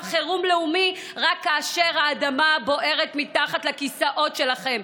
חירום לאומי רק כאשר האדמה בוערת מתחת לכיסאות שלכם.